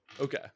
Okay